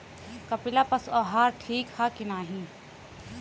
कपिला पशु आहार ठीक ह कि नाही?